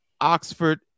Oxford